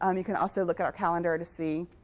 um you can also look at our calendar to see